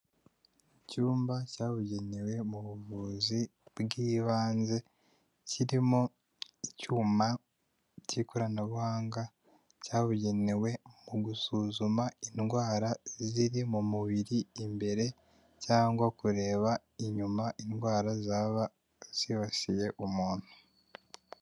Icyumba cyabugenewe mu buvuzi bw'ibanze, kirimo icyuma cy'ikoranabuhanga cyabugenewe mu gusuzuma indwara ziri mu mubiri imbere cyangwa kureba inyuma indwara zaba zibasiye umuntu.